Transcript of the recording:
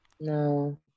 No